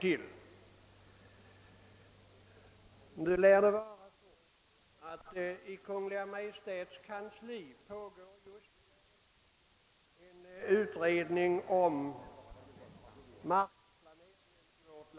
Just nu lär det i Kungl. Maj:ts kansli pågå en utredning om markplaneringen i vårt land.